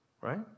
right